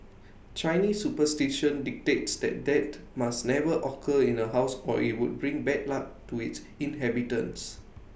Chinese superstition dictates that death must never occur in A house or IT would bring bad luck to its inhabitants